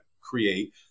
create